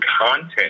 content